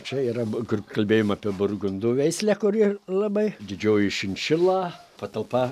čia yra kur kalbėjom apie burgundų veislę kuri labai didžioji šinšila patalpa